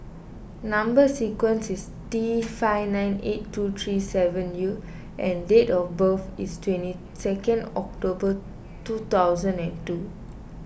Number Sequence is T five nine eight two three seven U and date of birth is twenty second October two thousand and two